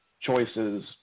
choices